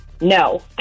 no